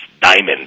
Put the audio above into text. diamond